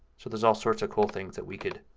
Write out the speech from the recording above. so there's all sorts of cool things that we can